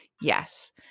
yes